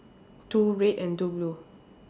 two red and two blue